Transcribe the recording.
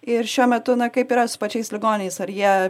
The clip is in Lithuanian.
ir šiuo metu na kaip yra su pačiais ligoniais ar jie